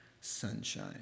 Sunshine